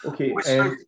Okay